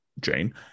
jane